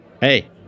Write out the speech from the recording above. Hey-